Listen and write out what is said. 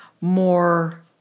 more